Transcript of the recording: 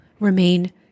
remain